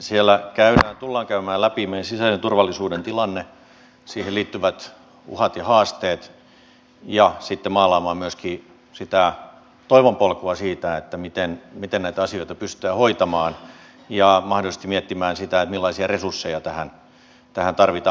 siellä tullaan käymään läpi meidän sisäisen turvallisuuden tilanne siihen liittyvät uhat ja haasteet ja sitten maalaamaan myöskin sitä toivonpolkua siitä miten näitä asioita pystytään hoitamaan ja mahdollisesti miettimään sitä millaisia resursseja tähän tarvitaan